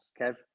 Kev